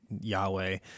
Yahweh